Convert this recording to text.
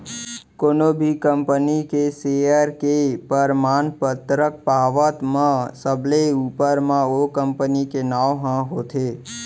कोनो भी कंपनी के सेयर के परमान पतरक पावत म सबले ऊपर म ओ कंपनी के नांव ह होथे